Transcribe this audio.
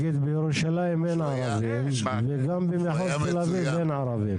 בירושלים אין ערבים וגם במחוז תל אביב אין ערבים.